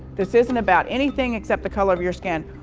this isn't about anything except the color of your skin.